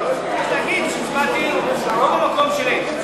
תגידי שהצבעתי לא במקום שלי,